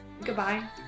Goodbye